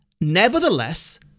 Nevertheless